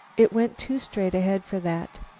it went too straight ahead for that.